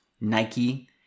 Nike